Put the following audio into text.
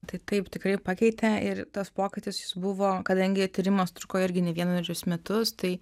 tai taip tikrai keitė ir tas pokytis buvo kadangi tyrimas truko irgi ne vienerius metus tai